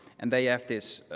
and they have this